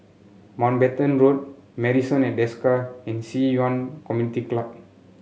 Mountbatten Road medicine and Desker and Ci Yuan Community Club